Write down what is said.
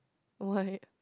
why